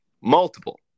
Multiple